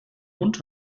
hund